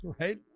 right